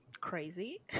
crazy